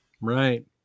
Right